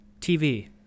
TV